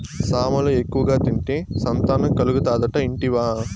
సామలు ఎక్కువగా తింటే సంతానం కలుగుతాదట ఇంటివా